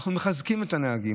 אנחנו מחזקים את הנהגים.